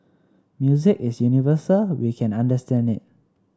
music is universal we can understand it